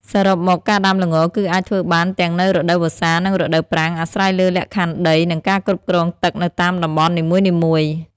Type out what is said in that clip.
សរុបមក ការដាំល្ងគឺអាចធ្វើបានទាំងនៅរដូវវស្សា និងរដូវប្រាំង អាស្រ័យលើលក្ខខណ្ឌដី និងការគ្រប់គ្រងទឹកនៅតាមតំបន់នីមួយៗ។